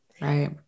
right